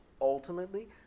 ultimately